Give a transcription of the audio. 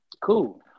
Cool